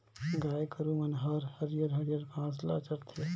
गाय गोरु मन हर हरियर हरियर घास ल चरथे